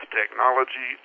technology